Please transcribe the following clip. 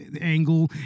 angle